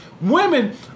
women